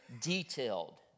detailed